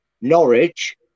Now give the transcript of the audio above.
Norwich